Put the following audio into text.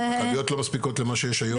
הכלביות לא מספיקות למה שיש היום.